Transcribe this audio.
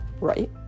Right